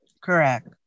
Correct